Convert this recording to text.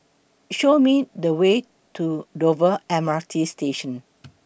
Show Me The Way to Dover M R T Station